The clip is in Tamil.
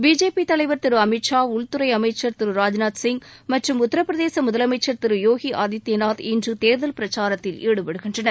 பிஜேபி தலைவர் திரு அமித்ஷா உள்துறை அமைச்சர் திரு ராஜ்நாத் சிங் மற்றும் உத்தரப்பிரதேச முதலமைச்சர் திரு யோகி ஆதித்பநாத் இன்று தேர்தல் பிரச்சாரத்தில் ஈடுபடுகின்றனர்